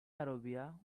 arabia